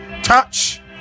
touch